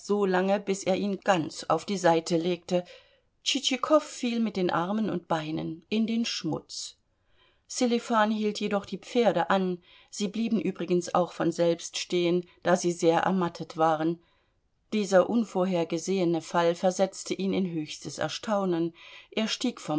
so lange bis er ihn ganz auf die seite legte tschitschikow fiel mit den armen und beinen in den schmutz sselifan hielt jedoch die pferde an sie blieben übrigens auch von selbst stehen da sie sehr ermattet waren dieser unvorhergesehene fall versetzte ihn in höchstes erstaunen er stieg